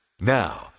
now